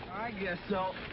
guess so.